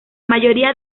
mayoría